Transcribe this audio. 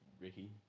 Ricky